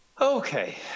Okay